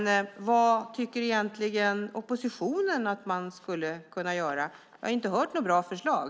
Vad tycker oppositionen att man skulle kunna göra? Jag har inte hört något bra förslag.